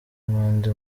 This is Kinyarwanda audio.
n’undi